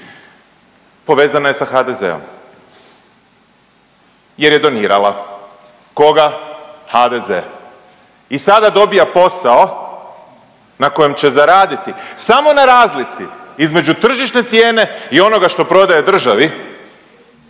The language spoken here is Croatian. povezana je sa HDZ-om jer je donirala, koga, HDZ i sada dobija posao na kojem će zaraditi samo na razlici između tržišne cijene i onoga što prodaje državi